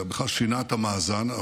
זה בכלל שינה את המאזן.